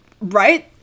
right